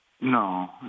No